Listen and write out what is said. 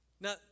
Now